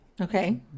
Okay